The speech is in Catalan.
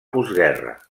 postguerra